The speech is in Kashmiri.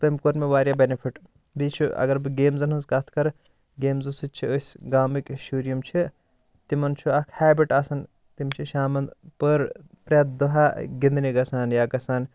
تٔمۍ کوٚر مےٚ واریاہ بینِفِٹ بیٚیہِ چھُ اگر بہٕ گیمزَن ہِنٛز کَتھ کَرٕ گیمزٕو سۭتۍ چھِ أسۍ گامٕکۍ شُرۍ یِم چھِ تِمن چھُ اَکھ ہیبِٹ آسان تِم چھِ شامَن پٔر پرٛیتھ دۄہ گِنٛدنہِ گَژھان یا گَژھان